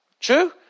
True